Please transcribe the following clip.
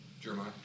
Jeremiah